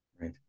Right